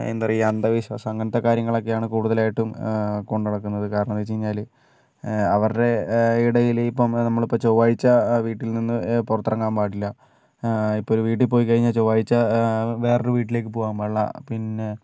എന്താ പറയുക അന്ധവിശ്വാസങ്ങൾ അങ്ങനത്തേ കാര്യങ്ങളൊക്കെയാണ് കൂടുതലായിട്ടും കൊണ്ടുനടക്കുന്നത് കാരണമെന്ന് വെച്ച് കഴിഞ്ഞാൽ അവരുടെ ഇടയിൽ ഇപ്പം നമ്മൾ ചൊവ്വാഴ്ച വീട്ടിൽ നിന്ന് പുറത്തിറങ്ങാൻ പാടില്ല ഇപ്പോൾ ഒരു വീട്ടിൽ പോയി കഴിഞ്ഞാൽ ചൊവ്വാഴ്ച വേറൊരു വീട്ടിലേക്ക് പോകാൻ പാടില്ല പിന്നേ